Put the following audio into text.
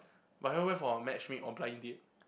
but I haven't went for a matchmade or blind date